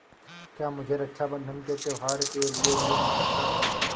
क्या मुझे रक्षाबंधन के त्योहार के लिए ऋण मिल सकता है?